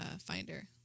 finder